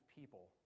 People